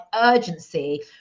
urgency